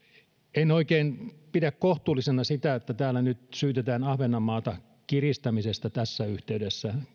en oikein pidä kohtuullisena sitä että täällä nyt syytetään ahvenanmaata kiristämisestä tässä yhteydessä